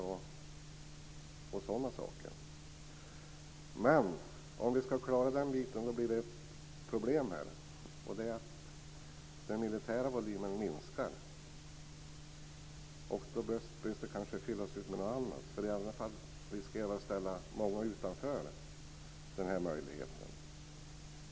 Ett problem i det sammanhanget är att den militära volymen minskar. Den behöver kanske fyllas ut med något annat - annars riskerar många att ställas utanför den här möjligheten.